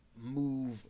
move